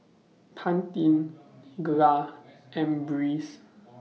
Pantene Gelare and Breeze